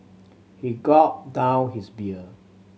he gulped down his beer